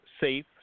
Safe